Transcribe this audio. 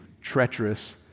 treacherous